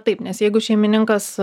taip nes jeigu šeimininkas